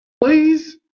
Please